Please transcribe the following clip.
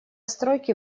стройки